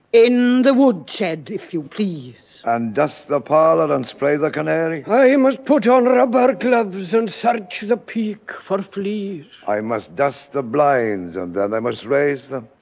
in the woodshed, if you please. and dust the parlour and spray the canary. i must put on rubber gloves and sort of search the peke for fleas. i must dust the blinds and then i must raise them.